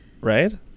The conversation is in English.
right